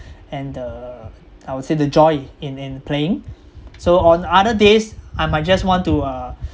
and the I would say the joy in in playing so on other days I might just want to uh